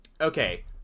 Okay